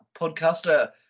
podcaster